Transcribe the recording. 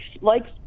likes